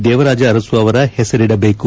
ದೇವರಾಜ್ ಅರಸು ಅವರ ಹೆಸರಿದಬೇಕು